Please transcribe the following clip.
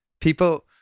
People